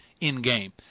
in-game